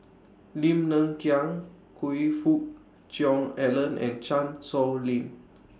Lim Hng Kiang Choe Fook Cheong Alan and Chan Sow Lin